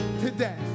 today